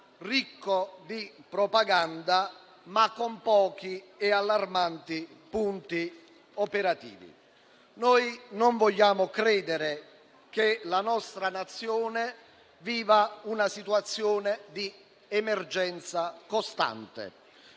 ricco di propaganda, ma con pochi - e allarmanti - punti operativi. Non vogliamo credere che il nostro Paese viva in una situazione di emergenza costante;